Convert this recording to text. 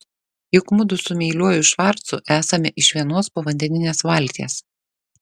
juk mudu su meiliuoju švarcu esame iš vienos povandeninės valties